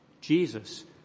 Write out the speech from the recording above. Jesus